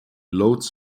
lots